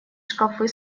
шкафы